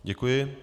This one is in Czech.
Děkuji.